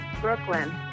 Brooklyn